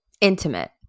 Intimate